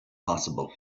possible